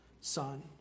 son